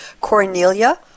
Cornelia